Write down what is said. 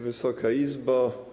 Wysoka Izbo!